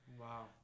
Wow